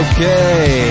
Okay